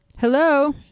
Hello